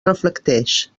reflecteix